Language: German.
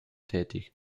tätig